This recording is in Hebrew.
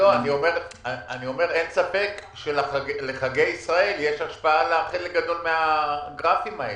אני אומר שאין ספק שלחגי ישראל יש השפעה על חלק גדול מהגרפים האלה.